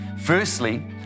Firstly